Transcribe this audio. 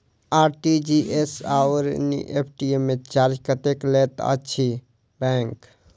RTGS आओर NEFT मे charge कतेक लैत अछि बैंक?